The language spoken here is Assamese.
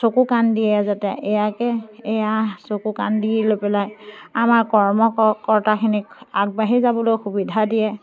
চকু কাণ দিয়ে যাতে ইয়াকে এয়া চকু কাণ দি লৈ পেলাই আমাৰ কৰ্মকৰ্তাখিনিক আগবাঢ়ি যাবলৈ সুবিধা দিয়ে